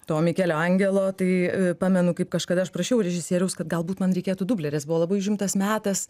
to mikelio angelo tai pamenu kaip kažkada aš prašiau režisieriaus kad galbūt man reikėtų dublerės buvo labai užimtas metas